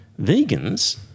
vegans